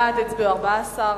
בעד הצביעו 14,